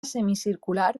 semicircular